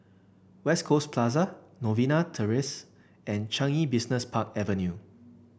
West Coast Plaza Novena Terrace and Changi Business Park Avenue